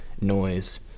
noise